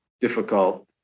difficult